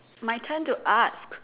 my turn to ask